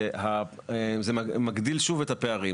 שזה מגדיל שוב את הפערים.